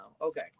Okay